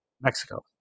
Mexico